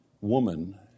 woman